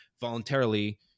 voluntarily